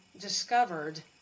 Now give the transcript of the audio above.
discovered